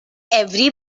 every